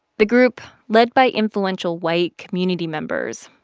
the group, led by influential white community members,